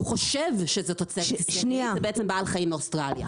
כשהוא חושב שזה תוצרת ישראלית זה בעצם בעל חיים מאוסטרליה,